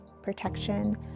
protection